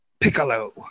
Piccolo